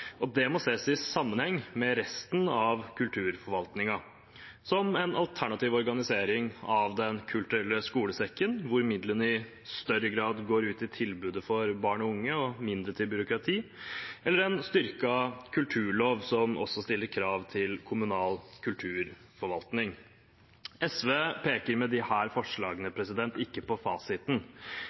Det må ses i sammenheng med resten av kulturforvaltningen, som en alternativ organisering av Den kulturelle skolesekken, hvor midlene i større grad går ut til tilbudet til barn og unge og i mindre grad til byråkrati, eller en styrket kulturlov, som også stiller krav til kommunal kulturforvaltning. SV peker med disse forslagene ikke på fasiten,